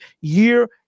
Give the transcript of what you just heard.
year